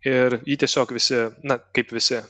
ir jį tiesiog visi na kaip visi